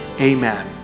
Amen